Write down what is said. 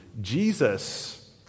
Jesus